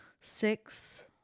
Six